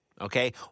Okay